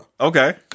Okay